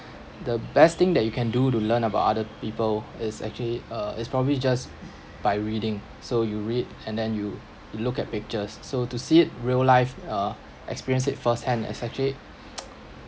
the best thing that you can do to learn about other people is actually uh is probably just by reading so you read and then you you look at pictures so to see it real life uh experienced it first hand has actually